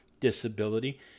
disability